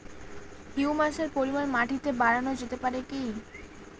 হিউমাসের পরিমান মাটিতে বারানো যেতে পারে কি?